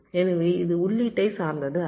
எனவே இது உள்ளீட்டைச் சார்ந்தது அல்ல